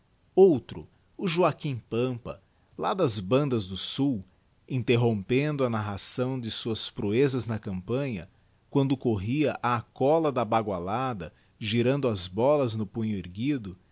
eutro o joaquim pampa lá das bandas do sul interrompendo a narração de suas proezas na campanha quando corria á cola da bagualada girando as bolas no punho erguido